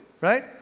Right